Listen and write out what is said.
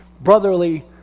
brotherly